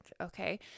okay